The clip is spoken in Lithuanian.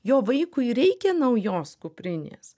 jo vaikui reikia naujos kuprinės